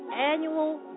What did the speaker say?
annual